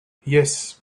yes